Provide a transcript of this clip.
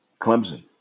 Clemson